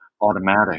automatic